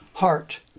heart